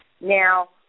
Now